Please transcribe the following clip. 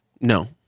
No